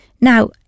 Now